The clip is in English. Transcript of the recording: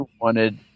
wanted